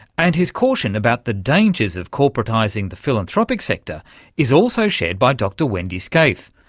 and his caution about the dangers of corporatising the philanthropic sector is also shared by dr wendy scaife,